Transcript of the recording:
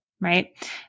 right